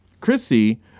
Chrissy